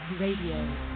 Radio